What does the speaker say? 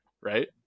right